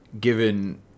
given